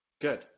Good